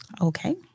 Okay